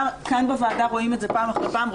שכאן בוועדה רואים את זה פעם אחר פעם,